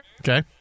Okay